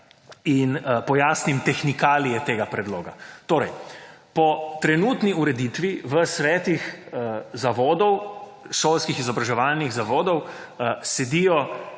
in pojasnim tehnikalije tega predloga. Po trenutni ureditvi v Svetih zavodov, šolskih izobraževalnih zavodov sedi